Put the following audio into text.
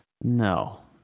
No